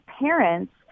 parents